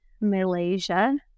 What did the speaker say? Malaysia